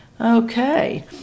okay